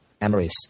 memories